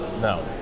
No